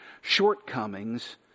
shortcomings